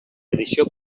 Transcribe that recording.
edició